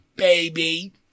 Baby